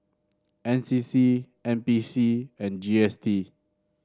N C C N B C and G S T